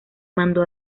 mandó